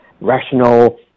rational